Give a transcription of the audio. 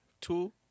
Two